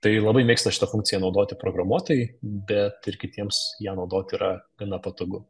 tai labai mėgsta šitą funkciją naudoti programuotojai bet ir kitiems ją naudot yra gana patogu